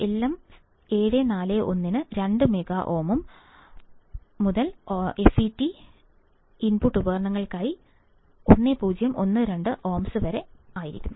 മൂല്യം LM741 ന് 2 mega ohm മുതൽ FET ഇൻപുട്ട് ഉപകരണങ്ങൾക്കായി 1012 ഓംസ് വരെ ആയിരിക്കുന്നു